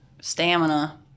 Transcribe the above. Stamina